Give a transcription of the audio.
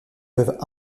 peuvent